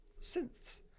synths